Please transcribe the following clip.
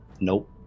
Nope